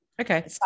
Okay